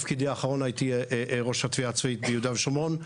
בתפקידי האחרון הייתי ראש התביעה הצבאית ביהודה ושומרון.